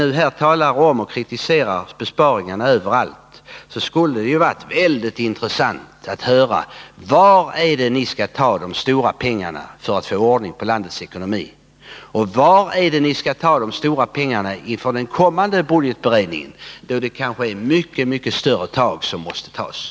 Eftersom ni kritiserar besparingarna på alla områden skulle det vara väldigt intressant att höra var ni vill ta de stora pengarna för att få ordning på landets ekonomi. Var skall ni ta dem i den kommande budgetberedningen, då det kanske behövs mycket större tag?